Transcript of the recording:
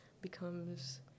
becomes